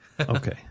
Okay